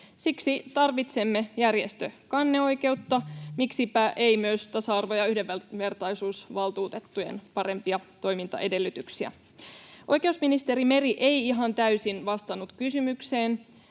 Siksi tarvitsemme järjestökanneoikeutta, miksipä ei myös tasa-arvo- ja yhdenvertaisuusvaltuutettujen parempia toimintaedellytyksiä. Oikeusministeri Meri ei ihan täysin vastannut kysymykseen,